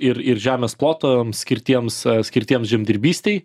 ir ir žemės plotams skirtiems skirtiems žemdirbystei